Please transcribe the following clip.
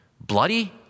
bloody